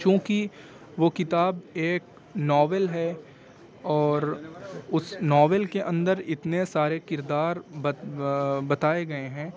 چونکہ وہ کتاب ایک ناول ہے اور اس ناول کے اندر اتنے سارے کردار بتائے گئے ہیں